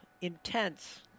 intense